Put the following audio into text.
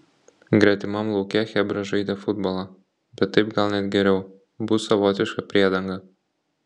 gretimam lauke chebra žaidė futbolą bet taip gal net geriau bus savotiška priedanga